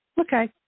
Okay